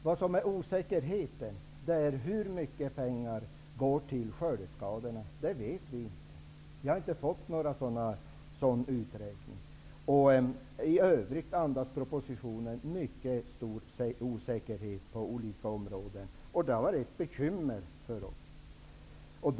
Vad som är osäkert är hur mycket pengar som går till skördeskadorna. Det vet vi inte. Vi har inte fått någon sådan uträkning. I övrigt andas propositionen mycket stor osäkerhet på olika områden. Det har varit ett bekymmer för oss.